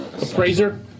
Appraiser